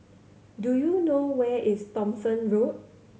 do you know where is Thomson Road